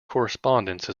correspondence